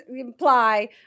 imply